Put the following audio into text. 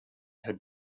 had